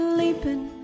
leaping